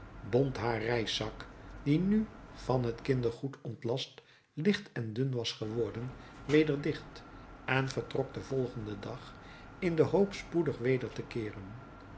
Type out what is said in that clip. bond haar reiszak die nu van het kindergoed ontlast licht en dun was geworden weder dicht en vertrok den volgenden dag in de hoop spoedig weder te keeren